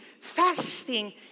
fasting